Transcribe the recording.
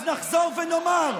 אז נחזור ונאמר: